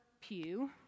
pew